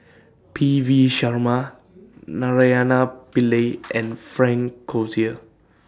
P V Sharma Naraina Pillai and Frank Cloutier